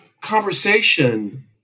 conversation